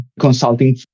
consulting